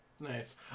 Nice